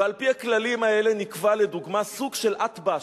ועל-פי הכללים האלה נקבע לדוגמה סוג של אתב"ש,